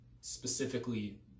specifically